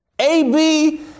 AB